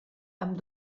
amb